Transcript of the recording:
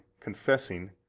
confessing